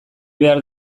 behar